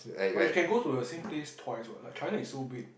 or you can go the same place twice what like China is so big